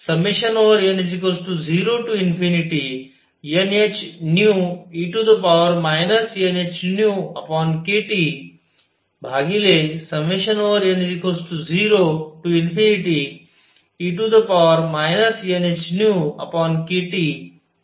तर हे n0nhνe nhνkTn0e nhνkTअसे येत आहे